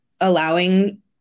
allowing